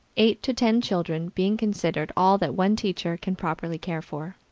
eight to ten children being considered all that one teacher can properly care for.